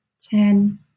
ten